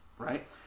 right